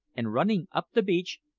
and running up the beach,